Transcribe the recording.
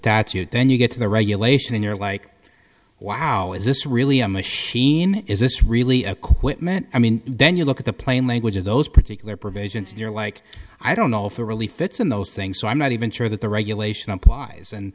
statute then you get to the regulation you're like wow is this really a machine is this really a quick minute i mean then you look at the plain language of those particular provisions and you're like i don't know if it really fits in those things so i'm not even sure that the regulation applies and